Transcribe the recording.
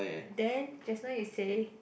then just now you say